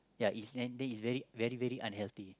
ya if then is very very unhealthy